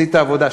עשית עבודה,